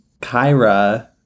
Kyra